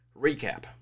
recap